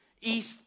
east